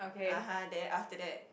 (uh huh) then after that